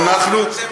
זה כן,